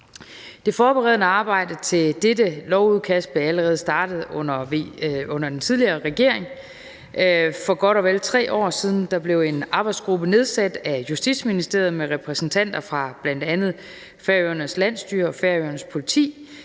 Det forberedende arbejde til dette lovudkast blev allerede startet under den tidligere regering. For godt og vel 3 år siden blev en arbejdsgruppe nedsat af Justitsministeriet med repræsentanter fra bl.a. Færøernes landsstyre og Færøernes Politi